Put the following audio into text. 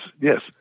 Yes